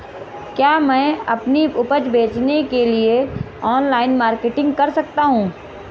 क्या मैं अपनी उपज बेचने के लिए ऑनलाइन मार्केटिंग कर सकता हूँ?